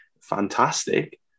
fantastic